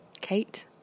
Kate